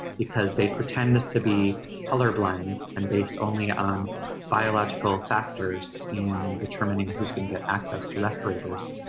because they pretend to be colorblind and based only on biological factors in determining who's gonna get access to respirators.